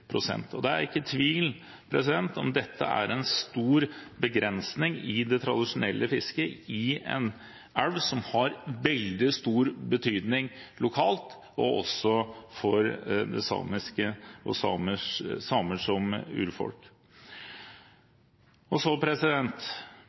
Det er ikke tvil om at dette er en stor begrensning i det tradisjonelle fisket i en elv som har veldig stor betydning lokalt og også for det samiske, for samer som urfolk.